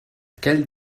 quelle